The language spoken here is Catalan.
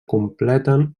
completen